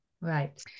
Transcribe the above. Right